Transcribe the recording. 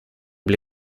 bli